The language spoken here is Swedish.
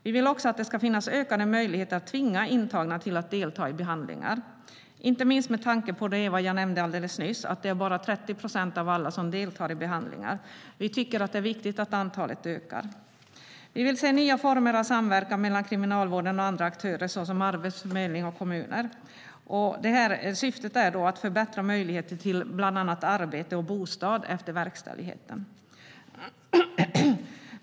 Vi vill också att det ska finnas ökade möjligheter att tvinga intagna till att delta i behandlingar, inte minst med tanke på vad jag nyss sa om att endast 30 procent av alla deltar i behandlingar. Vi tycker att det är viktigt att antalet ökar. Vi vill se nya former av samverkan mellan Kriminalvården och andra aktörer, till exempel arbetsförmedling och kommuner. Syftet är då att förbättra möjligheten till bland annat arbete och bostad efter verkställigheten.